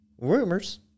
rumors